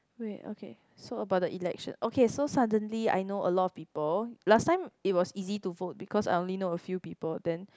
wait okay so about the election okay so suddenly I know a lot of people last time it was easy to vote because I only know a few people then